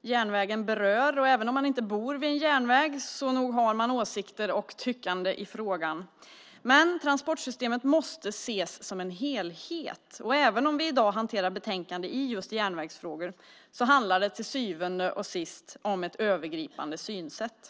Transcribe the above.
Järnvägen berör. Även om man inte bor vid en järnväg har man åsikter och tyckande i frågan. Men transportsystemet måste ses som en helhet, och även om vi i dag hanterar ett betänkande i just järnvägsfrågor handlar det till syvende och sist om ett övergripande synsätt.